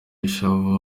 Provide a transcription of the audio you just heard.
ishavu